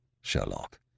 Sherlock